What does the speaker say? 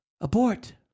abort